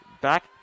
back